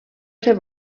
ser